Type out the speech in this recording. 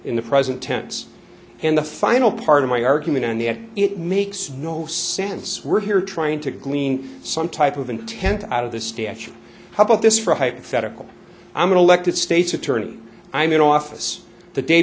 in the present tense in the final part of my argument in the end it makes no sense we're here trying to glean some type of intent out of the statue how about this for a hypothetical i'm an elected state's attorney i'm in office the day